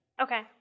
Okay